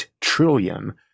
trillion